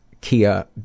Kia